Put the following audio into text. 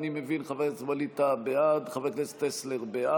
אני מוסיף את קולם של חברת הכנסת איידה תומא סלימאן,